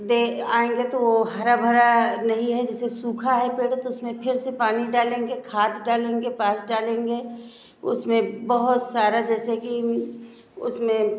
दे आएंगे तो वो हरा भरा नहीं हैं जैसे सूखा है पेड़ तो उसमे फिर से पानी डालेंगे खाद डालेंगे पांस डालेंगे उसमें बहुत सारा जैसे की उसमें